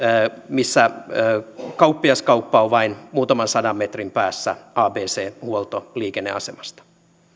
missä kauppiaskauppa on vain muutaman sadan metrin päässä abc huoltoliikenneasemasta